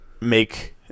make